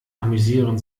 amüsieren